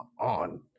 on